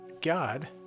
God